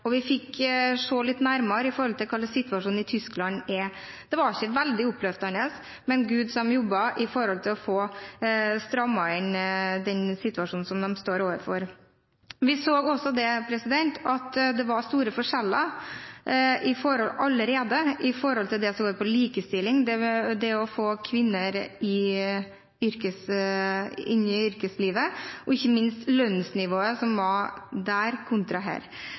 Vi fikk se litt nærmere på situasjonen i Tyskland. Det var ikke veldig oppløftende, men gud som de jobbet for å få strammet inn den situasjonen som de står overfor! Vi så også at det allerede var store forskjeller med tanke på det som går på likestilling, det å få kvinner inn i yrkeslivet og – ikke minst – med tanke på lønnsnivået der kontra her